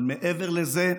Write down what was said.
אבל מעבר לזה,